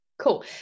Cool